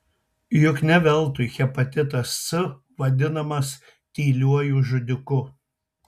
juk ne veltui hepatitas c vadinamas tyliuoju žudiku